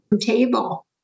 table